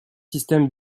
systèmes